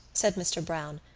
said mr. browne.